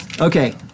Okay